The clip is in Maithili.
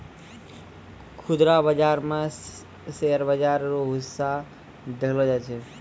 खुदरा बाजारो मे शेयर बाजार रो हिस्सा देखलो जाय छै